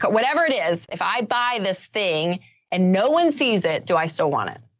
but whatever it is, if i buy this thing and no one sees it, do i still want it?